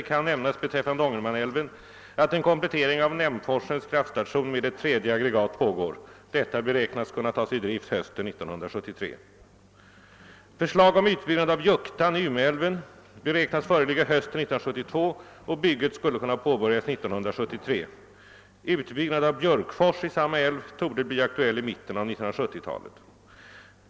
Vidare kan nämnas beträffande Ångermanälven att en komplettering av Nämforsens kraftstation med ett tredje aggregat pågår. Detta beräknas kunna tas i drift hösten 1973. Förslag om utbyggnad av Juktan i Umeälven beräknas föreligga hösten 1972, och bygget skulle kunna påbörjas 1973. Utbyggnad av Björkfors i samma älv torde bli aktuell i mitten av 1970 talet.